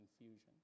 confusion